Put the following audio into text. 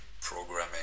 programming